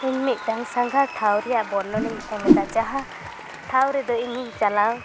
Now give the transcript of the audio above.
ᱤᱧ ᱢᱤᱫᱴᱟᱹᱝ ᱥᱟᱸᱜᱷᱟᱨ ᱴᱷᱟᱶ ᱨᱮᱱᱟᱜ ᱵᱚᱨᱱᱚᱱᱤᱧ ᱮᱢ ᱮᱫᱟ ᱡᱟᱦᱟᱸ ᱴᱷᱟᱶ ᱨᱮᱫᱚ ᱤᱧᱤᱧ ᱪᱟᱞᱟᱣ